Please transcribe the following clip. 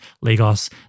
Lagos